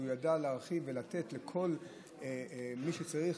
והוא ידע להרחיב ולתת לכל מי שצריך,